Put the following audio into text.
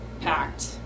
packed